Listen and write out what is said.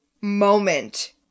moment